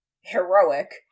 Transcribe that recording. heroic